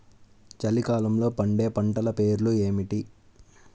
చలికాలంలో పండే పంటల పేర్లు ఏమిటీ?